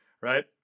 right